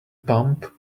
bump